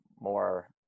more